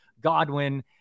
Godwin